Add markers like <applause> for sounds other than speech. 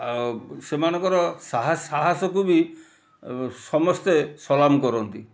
ଆଉ ସେମାନଙ୍କର <unintelligible> ସାହାସକୁ ବି ସମସ୍ତେ ସଲାମ୍ କରନ୍ତି